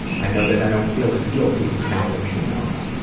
i know that i don't feel as guilty now that she knows.